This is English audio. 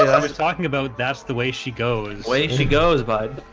i was talking about that's the way she goes way she goes but